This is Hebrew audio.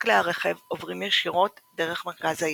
כלי הרכב עוברים ישירות דרך מרכז העיר.